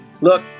look